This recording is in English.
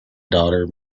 daughter